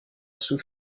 sous